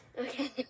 Okay